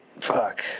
fuck